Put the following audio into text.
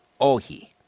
Ohi